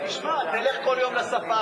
שמע, תלך כל יום לספארי.